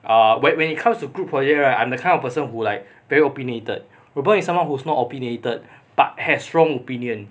err when when it comes to group projects right I'm the kind of person who like very opinionated reu ben is someone who's not opinionated but has strong opinion